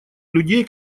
людей